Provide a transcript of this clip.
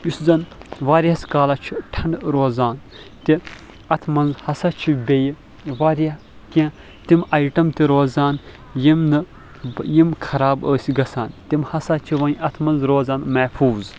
یُس زن واریاہس کالس چھ ٹھنٛڈٕ روزان تہِ اَتھ منٛز ہسا چھ بیٚیہِ واریاہ کیٚنٛہہ تِم آیٹم تہِ روزان یِم نہٕ یِم خراب ٲسۍ گژھان تِم ہسا چھ وۄنۍ اَتھ منٛز روزان محفوٗظ